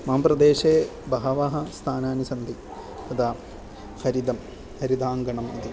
मम प्रदेशे बहवः स्थानानि सन्ति तदा शरितं हरिताङ्गणम् इति